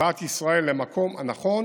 הבאת ישראל למקום הנכון,